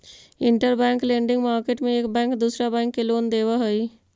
interbank lending market में एक bank दूसरा बैंक के लोन देवऽ हई